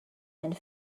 and